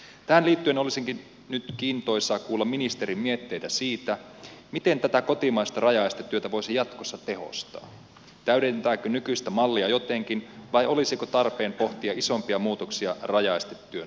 tähän liittyen olisikin nyt kiintoisaa kuulla ministerin mietteitä siitä miten tätä kotimaista rajaestetyötä voisi jatkossa tehostaa täydentääkö nykyistä mallia jotenkin vai olisiko tarpeen pohtia isompia muutoksia rajaestetyön sujuvoittamiseksi